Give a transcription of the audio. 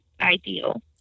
ideal